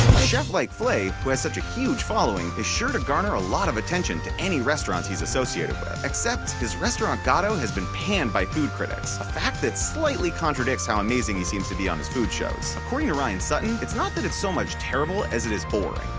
chef like flay, who has such a huge following, is sure to garner a lot of attention to any restaurants he is associated with. except, his restaurant gato has been panned by food critics, a fact that slightly contradicts how amazing he seems to be on his food shows. according to ryan sutton, it's not that it's so much terrible as it is boring.